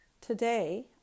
Today